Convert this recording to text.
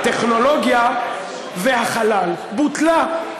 הטכנולוגיה והחלל": בוטלה,